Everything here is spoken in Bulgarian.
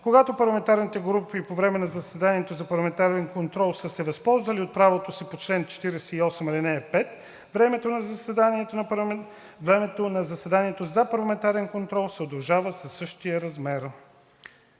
Когато парламентарните групи по време на заседанието за парламентарен контрол са се възползвали от правото си по чл. 48, ал. 5, времето на заседанието за парламентарен контрол се удължава със същия размер.“